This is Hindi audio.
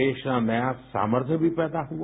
देश में नया सामर्थ्य भी पैदा हुआ